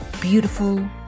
Beautiful